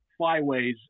flyways